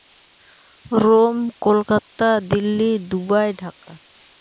Rome Kolkata Delhi Dubai Dhaka